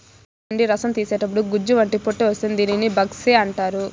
చెరుకు నుండి రసం తీసేతప్పుడు గుజ్జు వంటి పొట్టు వస్తుంది దీనిని బగస్సే అంటారు